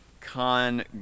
Con